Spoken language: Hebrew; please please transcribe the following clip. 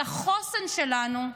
היא החוסן שלנו,